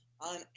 on